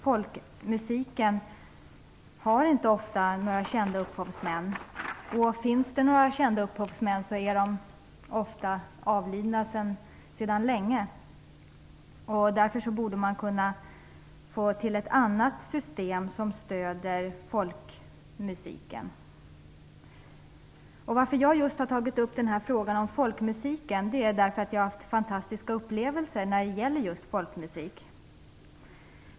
Folkmusiken har inte särskilt många upphovsmän, eftersom många av dem ofta är avlidna sedan länge. Därför borde man kunna få till stånd ett annat system än det nuvarande för att stöda folkmusiken. Anledningen till att jag just tagit upp frågan om folkmusiken är att jag har haft fantastiska upplevelser när det gäller just folkmusik.